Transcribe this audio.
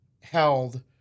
held